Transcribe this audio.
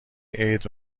عید